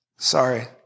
Sorry